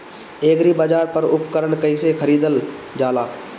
एग्रीबाजार पर उपकरण कइसे खरीदल जाला?